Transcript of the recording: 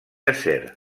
acer